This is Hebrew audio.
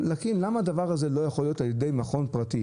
למה הדבר הזה לא יכול להיעשות על ידי מכון פרטי?